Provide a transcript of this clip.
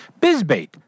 bizbait